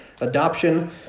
adoption